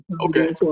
Okay